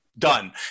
done